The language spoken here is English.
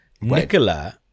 nicola